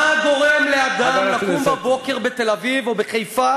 מה גורם לאדם לקום בבוקר בתל-אביב או בחיפה